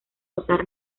usar